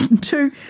two